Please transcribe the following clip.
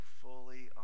fully